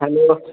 hello